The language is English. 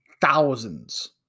thousands